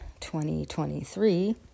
2023